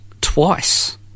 Twice